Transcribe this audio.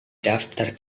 daftar